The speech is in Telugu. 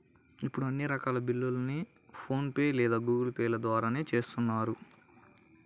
ఇప్పుడు అన్ని రకాల బిల్లుల్ని ఫోన్ పే లేదా గూగుల్ పే ల ద్వారానే చేత్తన్నారు